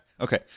okay